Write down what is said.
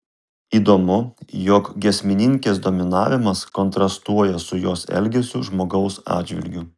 įdomu jog giesmininkės dominavimas kontrastuoja su jos elgesiu žmogaus atžvilgiu